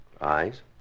Eyes